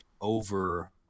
over